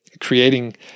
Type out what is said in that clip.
creating